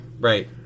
Right